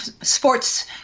sports